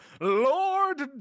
Lord